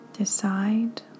decide